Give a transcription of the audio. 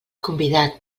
convidat